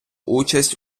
участь